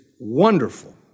wonderful